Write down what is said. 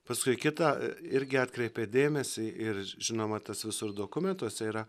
paskui kitą irgi atkreipė dėmesį ir žinoma tas visur dokumentuose yra